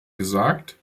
gesagt